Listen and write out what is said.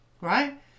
right